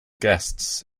guests